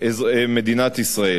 מדינת ישראל.